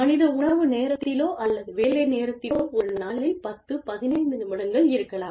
மதிய உணவு நேரத்திலோ அல்லது வேலை நேரத்திலோ கூட ஒரு நாளில் 10 15 நிமிடங்கள் இருக்கலாம்